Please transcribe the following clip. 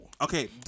okay